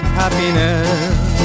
happiness